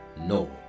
No